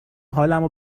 حالمو